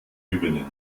gewinnen